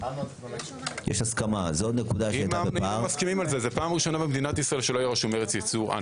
זה יהיה פעם ראשונה בישראל שיהיה מוצר בישראל שלא כתוב עליו ארץ ייצור.